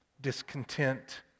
discontent